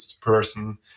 person